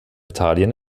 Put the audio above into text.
italien